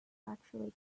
actually